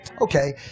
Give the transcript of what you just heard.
Okay